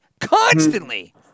Constantly